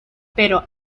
pero